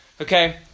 Okay